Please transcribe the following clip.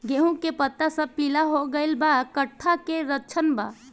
गेहूं के पता सब पीला हो गइल बा कट्ठा के लक्षण बा?